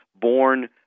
born